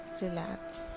relax